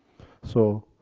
so,